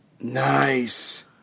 Nice